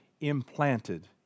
implanted